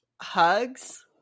hugs